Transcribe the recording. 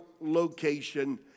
location